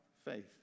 Faith